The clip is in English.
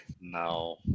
No